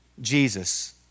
Jesus